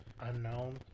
unknown